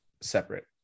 separate